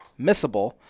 missable